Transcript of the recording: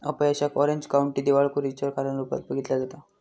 अपयशाक Orange County दिवाळखोरीच्या कारण रूपात बघितला जाता